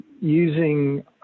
using